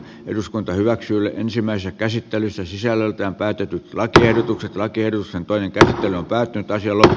eduskunta hyväksyi ensimmäisen käsittelyssä sisällöltään päätetyt lakiehdotukset laki edustan toinen käsittely päättyy taisi olla